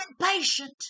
impatient